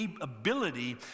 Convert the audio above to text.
ability